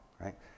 right